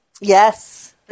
Yes